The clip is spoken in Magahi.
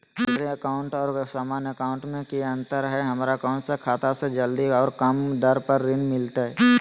सैलरी अकाउंट और सामान्य अकाउंट मे की अंतर है हमरा कौन खाता से जल्दी और कम दर पर ऋण मिलतय?